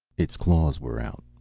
its claws were out,